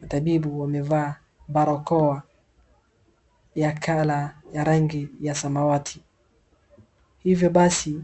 Matabibi wamevaa barakoa, ya colour ya rangi ya samawati. Hivyo basi...